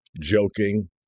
Joking